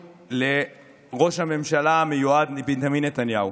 לראש הממשלה המיועד בנימין נתניהו.